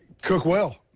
cook well,